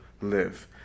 live